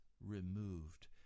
removed